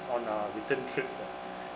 on our return trip